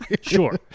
Sure